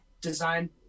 Design